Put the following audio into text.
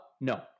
No